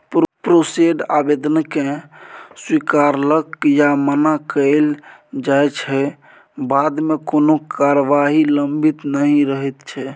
processed आबेदनकेँ स्वीकारल या मना कएल जाइ छै बादमे कोनो कारबाही लंबित नहि रहैत छै